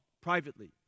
privately